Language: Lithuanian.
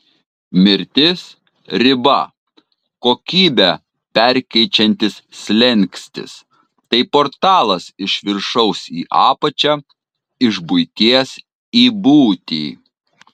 mirtis riba kokybę perkeičiantis slenkstis tai portalas iš viršaus į apačią iš buities į būtį